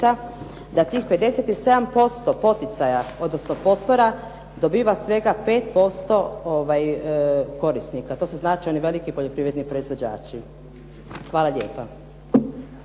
da tih 57% poticaja, odnosno potpora dobiva svega 5% korisnika. To su značajni veliki poljoprivredni proizvođači. Hvala lijepa.